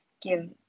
give